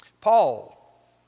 Paul